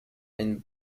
and